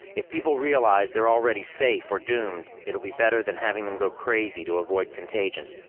if people realize they're already safe or doomed it'll be better than having them going crazy to avoid contagion.